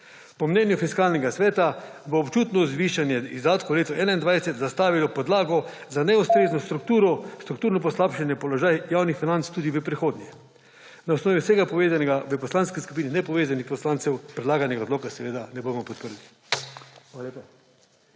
Po mnenju Fiskalnega sveta bo občutno zvišanje izdatkov v letu 2021 zastavilo podlago za neustrezno strukturo, strukturno poslabšanje položaja javnih financ tudi v prihodnje. Na osnovi vsega povedanega v Poslanski skupini nepovezanih poslancev predlaganega odloka seveda ne bomo podprli.